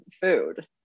food